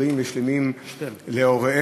בריאים ושלמים להוריהם,